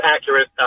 accurate